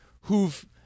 who've